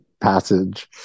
passage